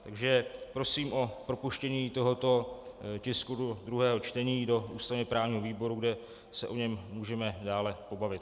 Takže prosím o propuštění tohoto tisku do druhého čtení do ústavněprávního výboru, kde se o něm můžeme dále pobavit.